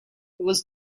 was